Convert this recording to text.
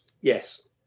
yes